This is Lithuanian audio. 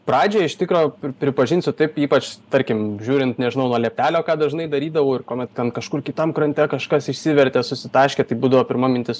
pradžioj iš tikro pri pripažinsiu taip ypač tarkim žiūrint nežinau nuo lieptelio ką dažnai darydavau ir kuomet ten kažkur kitam krante kažkas išsivertė susitaškė tai būdavo pirma mintis